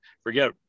Forget